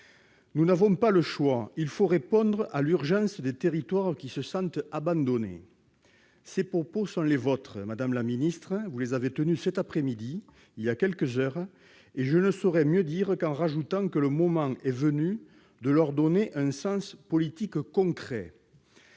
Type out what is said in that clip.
Nous n'avons pas le choix, il faut répondre à l'urgence, dans des territoires qui se sentent abandonnés ». Ces propos sont les vôtres, madame la ministre. Vous les avez tenus cet après-midi, voilà quelques heures. Je ne saurais mieux dire, sauf à ajouter que le moment est venu de leur donner un sens politique concret.